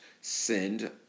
send